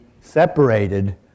separated